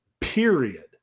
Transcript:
period